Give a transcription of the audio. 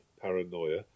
paranoia